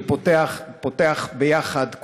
ופותח ביחד,